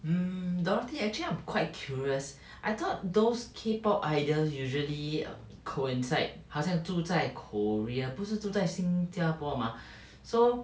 mm dorothy actually I'm quite curious I thought those K pop idols usually coincide 好像住在 korea 不是住在新加坡 mah so